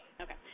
Okay